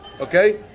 Okay